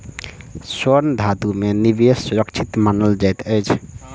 स्वर्ण धातु में निवेश सुरक्षित मानल जाइत अछि